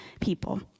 People